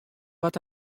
wat